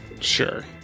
Sure